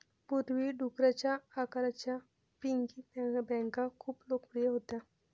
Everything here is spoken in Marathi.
पूर्वी, डुकराच्या आकाराच्या पिगी बँका खूप लोकप्रिय होत्या